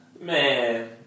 man